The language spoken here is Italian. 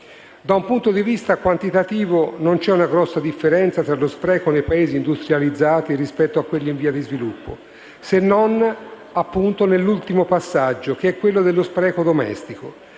Da un punto di vista quantitativo, non c'è una grossa differenza tra lo spreco nei Paesi industrializzati rispetto a quelli in via di sviluppo, se non nell'ultimo passaggio, che è quello dello spreco domestico.